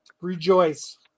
rejoice